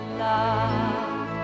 love